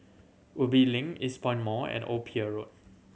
Ubi Link Eastpoint Mall and Old Pier Road